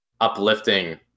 uplifting